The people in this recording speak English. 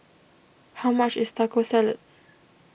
how much is Taco Salad